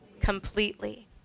completely